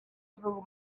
through